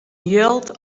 jild